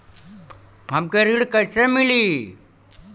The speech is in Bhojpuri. हमके ऋण कईसे मिली?